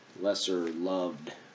lesser-loved